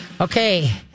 okay